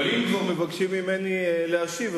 אבל אם כבר מבקשים ממני להשיב,